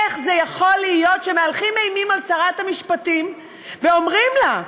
איך זה יכול להיות שמהלכים אימים על שרת המשפטים ואומרים לה: